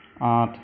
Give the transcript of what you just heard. আঠ